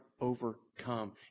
overcome